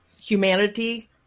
humanity